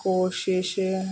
कोशिश